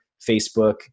Facebook